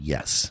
Yes